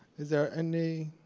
is there any.